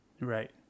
Right